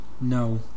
No